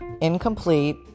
incomplete